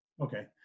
Okay